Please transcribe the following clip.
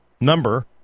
number